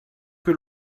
que